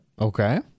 Okay